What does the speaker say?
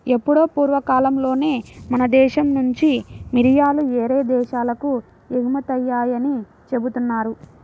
ఎప్పుడో పూర్వకాలంలోనే మన దేశం నుంచి మిరియాలు యేరే దేశాలకు ఎగుమతయ్యాయని జెబుతున్నారు